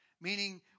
meaning